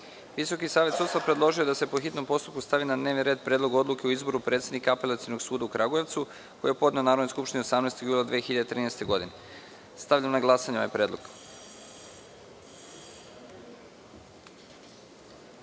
savet sudstva predložio je da se po hitnom postupku stavi na dnevni red Predlog odluke o izboru predsednika Apelacionog suda u Kragujevcu, koji je podneo Narodnoj skupštini 18. jula 2013. godine. Stavljam na glasanje ovaj predlog. Molim